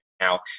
now